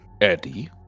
Eddie